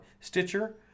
Stitcher